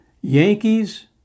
Yankees